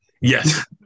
Yes